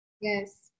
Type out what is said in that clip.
Yes